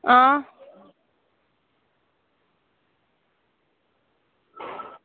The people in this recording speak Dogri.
आं